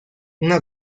una